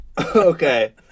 Okay